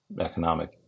economic